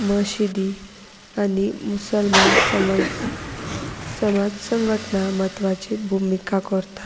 मशिदी आनी मुसलमान समज समाज संघटना म्हत्वाची भुमिका करता